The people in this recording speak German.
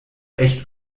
echt